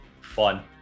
Fun